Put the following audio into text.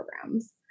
programs